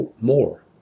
more